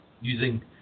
using